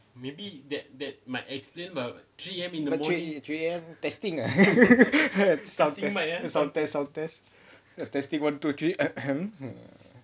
three three A_M testing ah sometimes sometimes sometimes testing one two three